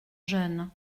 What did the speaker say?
jeune